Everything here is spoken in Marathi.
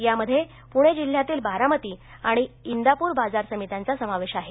त्यामध्ये पुणे जिल्हयातील बारामती आणि इंदापूर बाजार समित्यांचा समावेश आहे